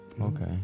Okay